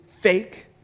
fake